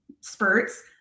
spurts